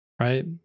right